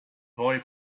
boy